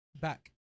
back